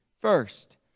First